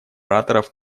ораторов